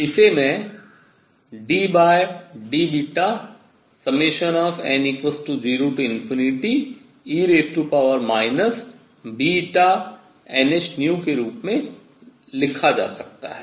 जहां 1kT और इसे ddβn0e βnhν के रूप में लिखा जा सकता है